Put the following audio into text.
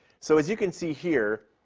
so, as you can see here,